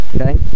Okay